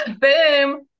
Boom